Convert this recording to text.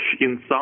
inside